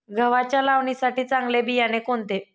गव्हाच्या लावणीसाठी चांगले बियाणे कोणते?